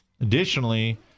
Additionally